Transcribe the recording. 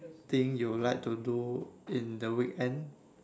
thing you like to do in the weekend